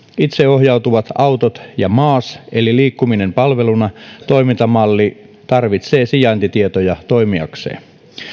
itseohjautuvat autot ja maas eli liikkuminen palveluna toimintamalli tarvitsevat sijaintitietoja toimiakseen